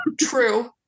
true